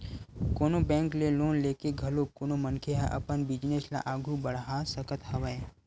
कोनो बेंक ले लोन लेके घलो कोनो मनखे ह अपन बिजनेस ल आघू बड़हा सकत हवय